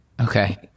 Okay